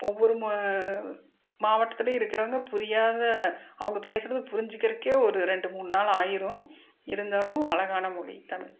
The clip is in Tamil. ஒவ்வொரு மா மாவட்டத்திலையும் இருக்கிறவங்க புரியாத அவங்க பேசுறதை புரிஞ்சுக்கறக்கே ஒரு ரெண்டு மூணு நாள் ஆயிடும் இருந்தாலும் அழகான மொழி தமிழ்